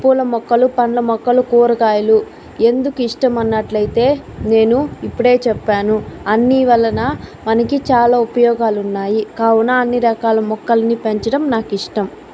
పూల మొక్కలు పండ్ల మొక్కలు కూరగాయలు ఎందుకు ఇష్టం అన్నట్లయితే నేను ఇప్పుడే చెప్పాను అన్నీ వలన మనకి చాలా ఉపయోగాలు ఉన్నాయి కావున అన్ని రకాల మొక్కల్ని పెంచడం నాకు ఇష్టం